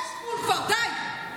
יש גבול כבר, די.